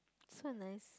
so nice